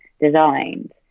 designed